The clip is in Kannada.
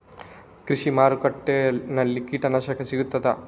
ಕೃಷಿಮಾರ್ಕೆಟ್ ನಲ್ಲಿ ಕೀಟನಾಶಕಗಳು ಸಿಗ್ತದಾ?